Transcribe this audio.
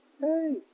Hey